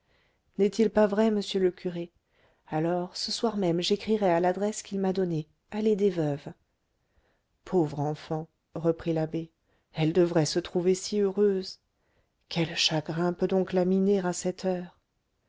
n'est-il pas vrai monsieur le curé alors ce soir même j'écrirai à l'adresse qu'il m'a donnée allée des veuves pauvre enfant reprit l'abbé elle devrait se trouver si heureuse quel chagrin peut donc la miner à cette heure